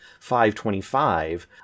525